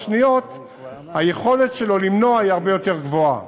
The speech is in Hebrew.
שניות היכולת שלו למנוע היא הרבה יותר גבוהה.